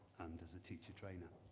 and as a teacher trainer.